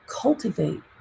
cultivate